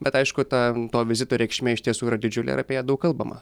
bet aišku ta to vizito reikšmė iš tiesų yra didžiulė ir apie ją daug kalbama